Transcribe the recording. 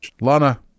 Lana